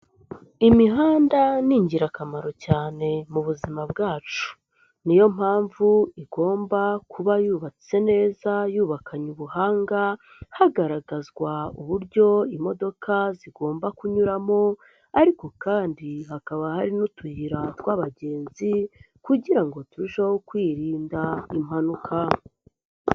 Imihanda ni ingirakamaro cyane mu buzima bwacu niyo mpamvu igomba kuba yubatse neza yubakanye ubuhanga hagaragazwa uburyo imodoka zigomba kunyuramo ariko kandi hakaba hari n'utuyira tw'abagenzi kugira ngo turusheho kwirinda impanuka.